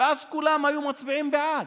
ואז כולם היו מצביעים בעד.